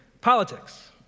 Politics